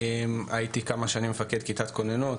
הייתי כמה שנים מפקד כיתת כוננות.